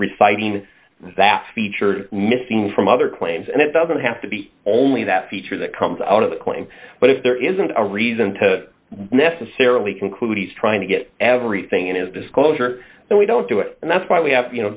reciting that feature missing from other claims and it doesn't have to be only that feature that comes out of the claim but if there isn't a reason to necessarily conclude he's trying to get everything in his disclosure so we don't do it and that's why we have you know